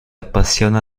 appassiona